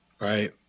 Right